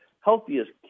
healthiest